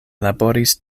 laboris